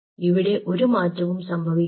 ഇവിടെ ഒരു മാറ്റവും സംഭവിക്കില്ല